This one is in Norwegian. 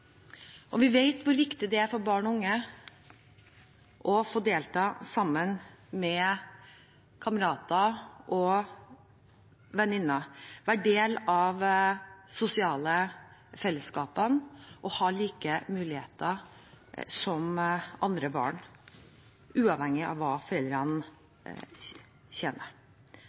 Vi vet hvor viktig det er for barn og unge å få delta sammen med kamerater og venninner, være del av de sosiale fellesskapene og ha like muligheter som andre barn, uavhengig av hva foreldrene tjener.